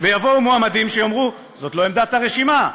ויבואו מועמדים שיאמרו: זאת לא עמדת הרשימה,